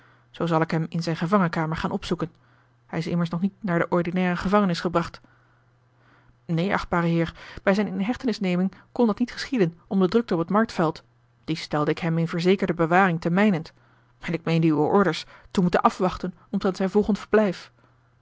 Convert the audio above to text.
zoo zal ik hem in zijne gevangenkamer gaan opzoeken hij is immers nog niet naar de ordinaire gevangenis gebracht een chtbare eer bij zijne inhechtenisneming kon dat niet geschieden om de drukte op het marktveld dies stelde ik hem in verzekerde bewaring te mijnent en ik meende uwe orders te moeten afwachten omtrent zijn volgend verblijf